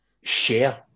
share